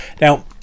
Now